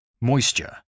Moisture